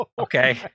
okay